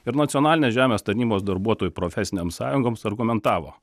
ir nacionalinės žemės tarnybos darbuotojų profesinėms sąjungoms argumentavo